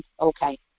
okay